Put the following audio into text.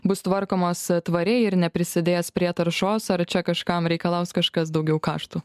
bus tvarkomos tvariai ir neprisidės prie taršos ar čia kažkam reikalaus kažkas daugiau kaštų